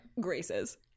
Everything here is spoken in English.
graces